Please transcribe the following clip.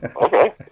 Okay